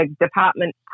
department